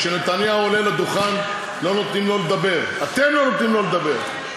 כשנתניהו עולה לדוכן, אתם לא נותנים לו לדבר.